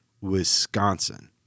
Wisconsin